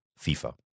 FIFA